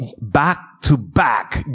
back-to-back